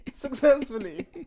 Successfully